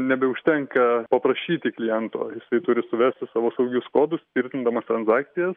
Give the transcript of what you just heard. nebeužtenka paprašyti kliento jisai turi suvesti savo saugius kodus tvirtindamas transakcijas